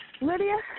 Lydia